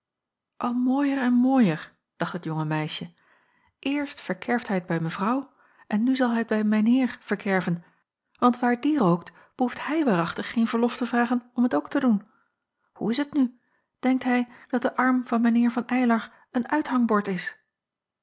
al mooier en mooier dacht het jonge meisje eerst verkerft hij t bij mevrouw en nu zal hij t bij mijn eer verkerven want waar die rookt behoeft hij waarachtig geen verlof te vragen om t ook te doen hoe is t nu denkt hij dat de arm van mijn heer van eylar een uithangbord is